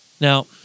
Now